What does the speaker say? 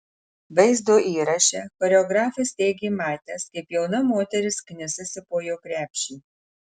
vaizdo įraše choreografas teigė matęs kaip jauna moteris knisasi po jo krepšį